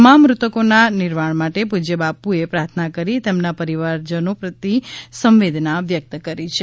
તમામ મૃતકોના નિર્વાણ માટે પૂજ્ય બાપુએ પ્રાર્થના કરી તેમના પરિવારજનો પ્રતિ સંવેદના વ્યક્ત કરી છે